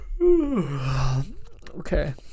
Okay